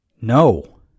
No